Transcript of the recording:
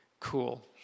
cool